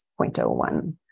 0.01